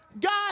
God